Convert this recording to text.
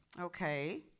Okay